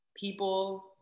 people